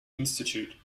institute